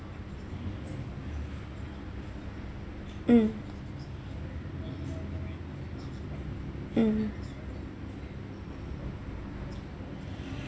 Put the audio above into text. mm mm